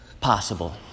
possible